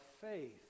faith